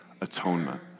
atonement